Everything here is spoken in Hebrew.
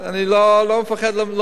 אני לא מפחד, לא מתרגש.